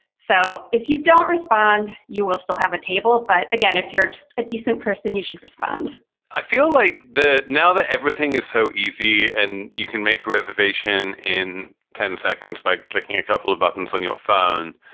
so if you don't respond, you will still have a table. but again, if you're a decent person, you should respond i feel like that now that everything is so easy and you can make a reservation in ten seconds by clicking a couple of buttons on your phone.